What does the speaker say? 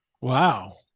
Wow